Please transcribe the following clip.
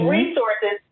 resources